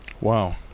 Wow